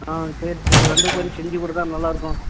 ஆ சரி சரி வந்து கொஞ்சம் செஞ்சிக்கொடுத்தா நல்லாருக்கும்